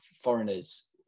foreigners